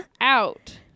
out